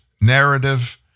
narrative